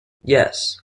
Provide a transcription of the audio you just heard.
yes